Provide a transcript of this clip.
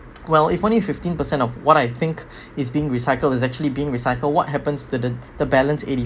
well if only fifteen percent of what I think is being recycled is actually being recycled what happens to the the balance eighty